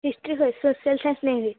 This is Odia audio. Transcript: ହିଷ୍ଟ୍ରି ଖାଲି ସୋସିଆଲ୍ ସାଇନ୍ସ ନେଇନି